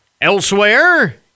Elsewhere